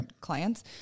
clients